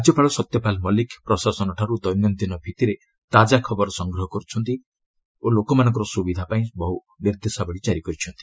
ରାଜ୍ୟପାଳ ସତ୍ୟପାଲ ମଲିକ ପ୍ରଶାସନଠାରୁ ଦୈନନ୍ଦିନ ଭିଭିରେ ତାଜା ଖବର ସଂଗ୍ରହ କରୁଛନ୍ତି ଲୋକମାନଙ୍କର ସୁବିଧା ପାଇଁ ବହୁ ନିର୍ଦ୍ଦେଶାବଳୀ ଜାରି କରିଛନ୍ତି